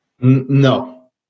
No